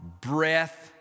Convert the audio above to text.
Breath